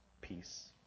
peace